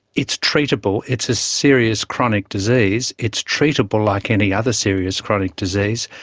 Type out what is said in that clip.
it's treatable. it's a serious chronic disease. it's treatable like any other serious chronic disease,